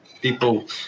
people